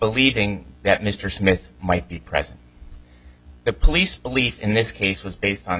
believing that mr smith might be present the police belief in this case was based on